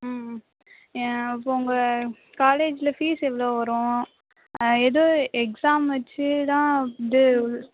ம் ம் இப்போ உங்கள் காலேஜ்ஜில் பீஸ் எவ்வளோ வரும் எதுவும் எக்ஸாம் வெச்சு தான் இது